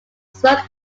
smoke